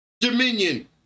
Dominion